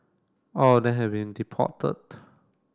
all of them have been deported